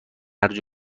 هرج